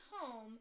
home